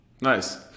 nice